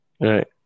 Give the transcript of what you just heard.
Right